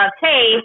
Hey